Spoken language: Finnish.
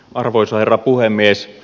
arvoisa herra puhemies